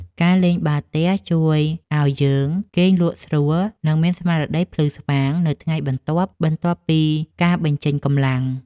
ការលេងបាល់ទះជួយឱ្យយើង គេងលក់ស្រួល និងមានស្មារតីភ្លឺស្វាងនៅថ្ងៃបន្ទាប់ បន្ទាប់ពីការបញ្ចេញកម្លាំង។